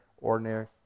ordinary